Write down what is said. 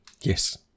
Yes